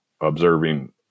observing